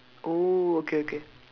oh okay okay